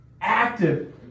active